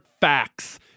facts